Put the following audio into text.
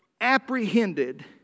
apprehended